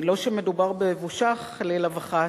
לא שמדובר בבושה, חלילה וחס,